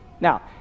Now